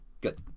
Good